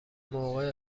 موقع